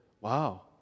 wow